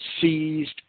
seized